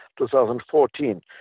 2014